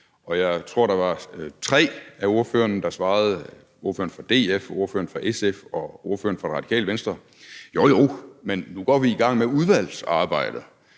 og jeg tror, at der var tre af ordførerne, der svarede – ordføreren fra DF, ordføreren fra SF og ordføreren fra Det Radikale Venstre: Jo, jo, men nu går vi i gang med udvalgsarbejdet,